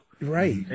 Right